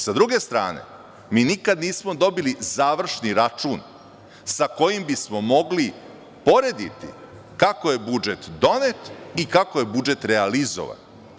Sa druge strane, mi nikad nismo dobili završni račun sa kojim bismo mogli porediti kako je budžet donet i kako je budžet realizovan.